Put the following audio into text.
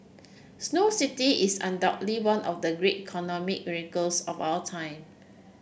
Snow City is undoubtedly one of the great economic miracles of our time